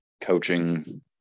coaching